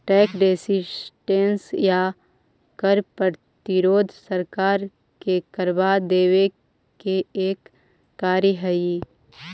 tax resistance या कर प्रतिरोध सरकार के करवा देवे के एक कार्य हई